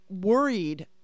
worried